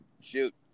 shoot